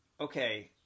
okay